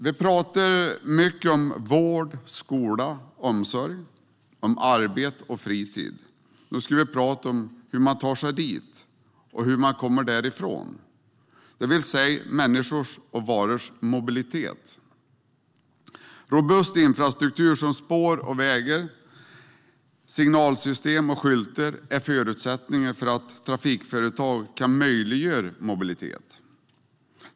Vi talar mycket om vård, skola, omsorg och om arbete och fritid - nu ska vi tala om hur man tar sig dit och hur man kommer därifrån, det vill säga människors och varors mobilitet. Robust infrastruktur som spår och vägar, signalsystem och skyltar är förutsättningar för att trafikföretag ska kunna möjliggöra mobilitet.